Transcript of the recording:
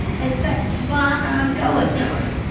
and that's why i'm going to her.